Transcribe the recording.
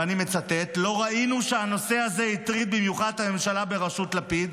ואני מצטט: לא ראינו שהנושא הזה הטריד במיוחד את הממשלה בראשות לפיד,